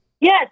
Yes